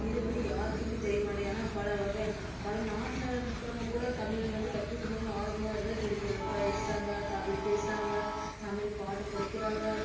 இது வந்து யாருக்குமே தெரிய மாட்டிங்குது ஆனால் பல வகையான நா பல நாட்டில் இருக்கிறவங்க கூட தமிழ் வந்து கத்துக்கணுன்னு ஆர்வமாயிறதே திருக்குறள் படிச்சுட்டாங்க தமிழ் பேசுகிறாங்க தமிழ் பாட்டு படிக்கிறாங்க